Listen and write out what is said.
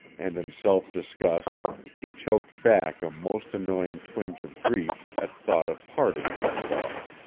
and in self-disgust he choked back a most annoying twinge of grief at thought of parting with the dog.